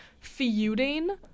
feuding